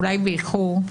אולי באיחור,